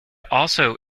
also